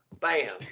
Bam